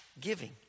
Giving